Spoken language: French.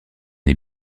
est